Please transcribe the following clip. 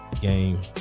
game